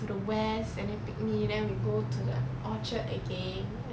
the west and then pick me then we go to the orchard again